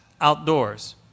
outdoors